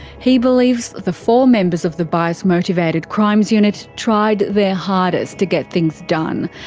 he believes the four members of the bias motivated crimes unit tried their hardest to get things done.